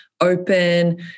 open